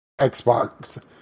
Xbox